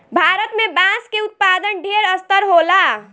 भारत में बांस के उत्पादन ढेर स्तर होला